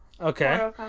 Okay